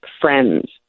friends